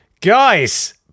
Guys